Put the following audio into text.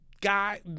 guy